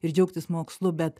ir džiaugtis mokslu bet